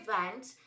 event